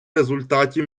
результаті